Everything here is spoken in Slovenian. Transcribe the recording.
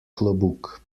klobuk